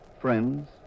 Friends